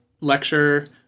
lecture